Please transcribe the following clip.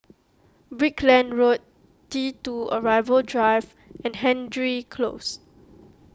Brickland Road T two Arrival Drive and Hendry Close